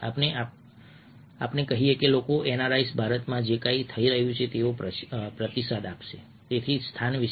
ચાલો આપણે કહીએ કે લોકો NRIs ભારતમાં જે કંઈ થઈ રહ્યું છે તેનો પ્રતિસાદ આપશે તેથી સ્થાન વિશિષ્ટતા